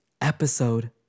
Episode